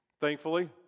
thankfully